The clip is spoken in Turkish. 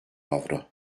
avro